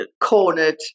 cornered